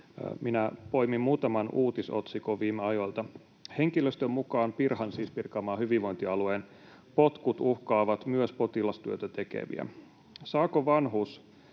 Minä poimin muutaman uutisotsikon viime ajoilta: ”Henkilöstön mukaan Pirhan”, siis Pirkanmaan hyvinvointialueen, ”potkut uhkaavat myös potilastyötä tekeviä”, ”Saako vanhus